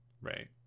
Right